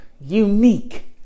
unique